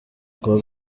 kuwa